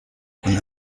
kun